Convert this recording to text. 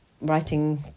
writing